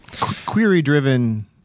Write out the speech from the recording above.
Query-driven